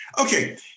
Okay